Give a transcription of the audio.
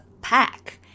Pack